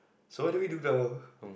so what do we do now